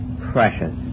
precious